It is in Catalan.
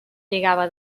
lligava